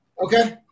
Okay